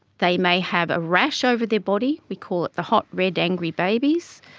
they may have a rash over their body, we call it the hot, red, angry babies.